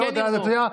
ועוד היד נטויה.